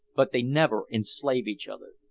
but they never enslave each other.